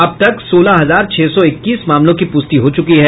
अब तक सोलह हजार छह सौ इक्कीस मामलों की पुष्टि हो चुकी है